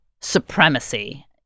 supremacy